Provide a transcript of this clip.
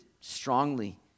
strongly